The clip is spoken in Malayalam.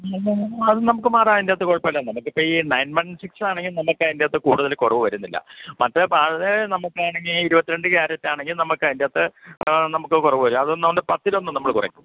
പിന്നെന്താണ് ആ അത് നമുക്ക് മാറാം അതിൻ്റെ അകത്തു കുഴപ്പമില്ല നമുക്ക് ഇപ്പം ഈ നയന് വണ് സിക്സ് ആണെങ്കിൽ നമുക്ക് അതിൻ്റെ അകത്തു കൂടുതൽ കുറവ് വരുന്നില്ല മറ്റത് പഴയ നമുക്കാണെങ്കിൽ ഇരുപത്തി രണ്ട് ക്യാരറ്റാണെങ്കിൽ നമുക്ക് അതിൻ്റെ അകത്തു നമുക്ക് കുറവ് വരും അതും പത്തിലൊന്ന് നമ്മൾ കുറയും